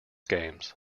games